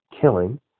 killing